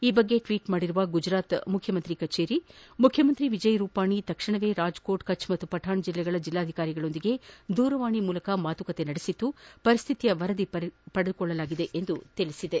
ಈ ಬಗ್ಗೆ ಟ್ಲೀಟ್ ಮಾಡಿರುವ ಗುಜರಾತ್ ಸಿಎಂ ಕಚೇರಿ ಮುಖ್ಯಮಂತಿ ವಿಜಯ್ ರೂಪಾನಿ ತಕ್ಷಣವೇ ರಾಜಕೋಟ್ ಕಛ್ ಮತ್ತು ಪಠಾಣ್ ಜಿಲ್ಲೆಗಳ ಜಿಲ್ಲಾಧಿಕಾರಿಗಳ ಜೊತೆ ದೂರವಾಣಿ ಮೂಲಕ ಮಾತುಕತೆ ನಡೆದಿದ್ದು ಪರಿಸ್ಥಿತಿಯ ವರದಿ ಪಡೆದುಕೊಂಡಿದ್ದಾರೆ ಎಂದು ಹೇಳಿದೆ